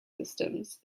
systems